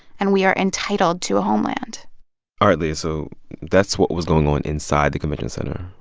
and we are entitled to a homeland all right, leah, so that's what was going on inside the convention center.